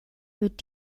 wird